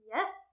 Yes